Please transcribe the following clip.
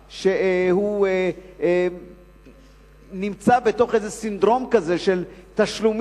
שהוא נמצא בתוך איזה סינדרום כזה של תשלומים,